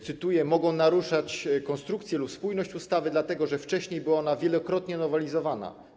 Cytuję: Mogą naruszać konstrukcję lub spójność ustawy, dlatego że wcześniej była ona wielokrotnie nowelizowana.